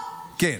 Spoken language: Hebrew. נאור,